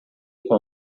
com